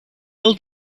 old